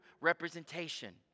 representation